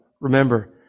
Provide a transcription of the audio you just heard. Remember